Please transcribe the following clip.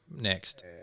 Next